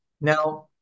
Now